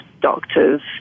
doctors